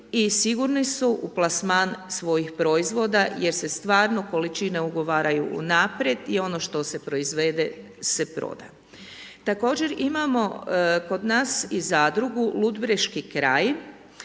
sigurni su u plasman svojih proizvoda jer se stvarno količine ugovaraju unaprijed i ono što se proizvede se proda. Također imamo kod nas i zadrugu Ludbreški kraj